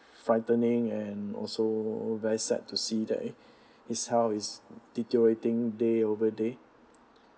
frightening and also very sad to see that it's how is deteriorating day over day